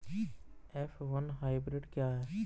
F one hybrid क्या है?